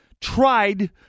tried